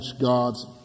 God's